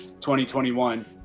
2021